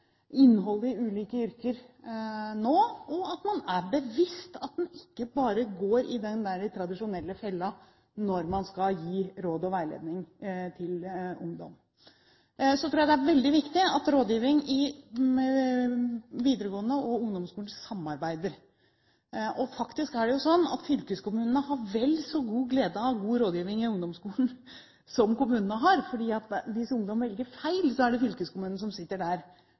innholdet i ulike yrker nå, og at man er bevisst at en ikke bare går i den tradisjonelle fella når man skal gi råd og veiledning til ungdom. Jeg tror det er veldig viktig at rådgivere i videregående skole og i ungdomsskolen samarbeider. Faktisk er det slik at fylkeskommunene har vel så stor glede av god rådgivning i ungdomsskolen som kommunene har, for hvis ungdom velger feil, er det fylkeskommunen som sitter